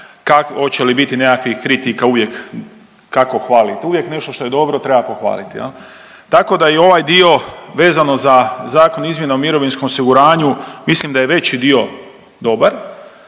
hoće li biti nekakvih kritika, uvijek kako hvalite, uvijek nešto što je dobro treba pohvaliti. Tako da i ovaj dio vezano za zakon o izmjena o mirovinskom osiguranju, mislim da je veći dio dobar,